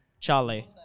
Charlie